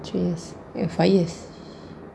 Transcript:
three years eh five years